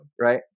Right